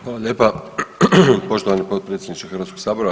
Hvala lijepa poštovani potpredsjedniče Hrvatskog sabora.